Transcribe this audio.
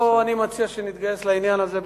אני מציע שנתגייס לעניין הזה.